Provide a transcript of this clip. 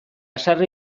sarri